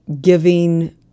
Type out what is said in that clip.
giving